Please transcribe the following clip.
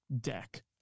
deck